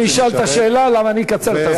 אדוני ישאל את השאלה, כי אני אקצר את הזמן.